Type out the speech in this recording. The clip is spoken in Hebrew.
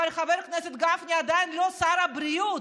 אבל חבר הכנסת גפני עדיין לא שר הבריאות,